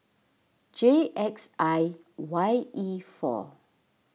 J X I Y E four